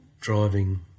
driving